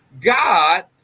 God